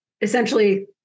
essentially